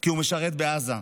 כי הוא משרת בעזה,